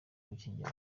gukingira